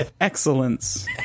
excellence